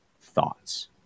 thoughts